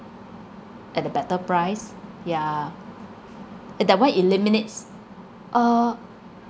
at a better price yeah eh that one eliminates uh